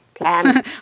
Plan